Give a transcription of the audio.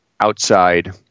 outside